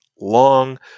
long